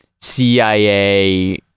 cia